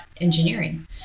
engineering